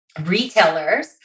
retailers